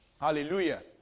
Hallelujah